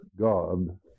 God